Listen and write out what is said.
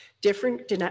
Different